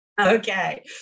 Okay